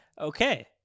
Okay